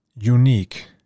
unique